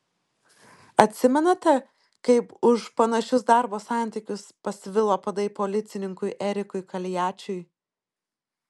atsimenate kaip už panašius darbo santykius pasvilo padai policininkui erikui kaliačiui